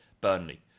Burnley